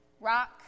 rock